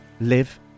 live